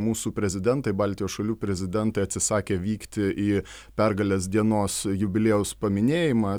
mūsų prezidentai baltijos šalių prezidentai atsisakė vykti į pergalės dienos jubiliejaus paminėjimą